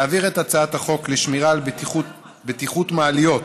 להעביר את הצעת חוק לשמירה על בטיחות מעליות,